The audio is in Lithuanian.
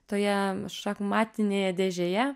toje šachmatinėje dėžėje